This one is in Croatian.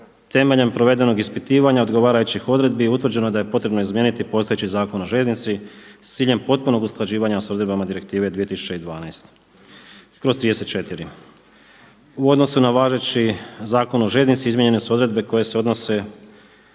Temeljem provedenog ispitivanja odgovarajućih odredbi utvrđeno je da je potrebno izmijeniti postojeći Zakon o željeznici s ciljem potpunog usklađivanja sa odredbama Direktive 2012/34. U odnosu na važeći Zakon o željeznici izmijenjene su odredbe koje se odnose